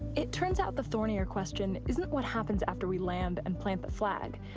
it turns out the thornier question isn't what happens after we land and plant the flag,